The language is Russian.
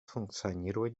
функционировать